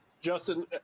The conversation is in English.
Justin